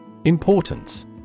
Importance